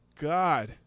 God